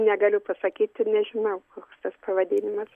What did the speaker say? negaliu pasakyti nežinau koks tas pavadinimas